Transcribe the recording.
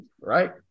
Right